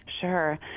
Sure